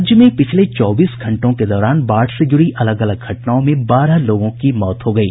राज्य में पिछले चौबीस घंटों के दौरान बाढ़ से जुड़ी अलग अलग घटनाओं में बारह लोगों मौत हो गयी